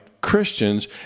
Christians